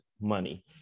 money